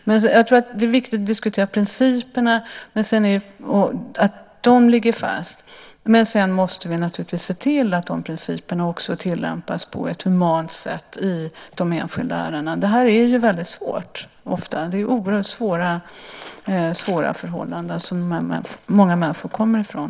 Det är viktigt att diskutera att principerna ligger fast, men sedan måste vi se till att principerna tillämpas på ett humant sätt i de enskilda ärendena. Det är ofta oerhört svåra förhållanden som många människor kommer från.